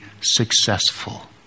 successful